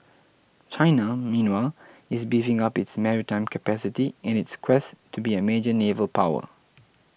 China meanwhile is beefing up its maritime capacity in its quest to be a major naval power